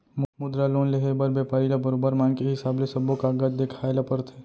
मुद्रा लोन लेहे बर बेपारी ल बरोबर मांग के हिसाब ले सब्बो कागज देखाए ल परथे